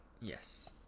Yes